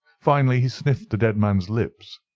finally, he sniffed the dead man's lips,